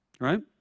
right